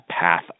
path